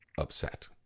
upset